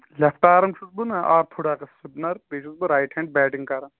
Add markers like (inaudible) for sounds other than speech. left arm چھُس بہٕ نا آف فُٹ (unintelligible) سِپنَر بیٚیہِ چھُس بہٕ رایٹ ہینٛڈ بیٹِنٛگ کَران